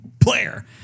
player